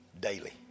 daily